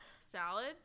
Salad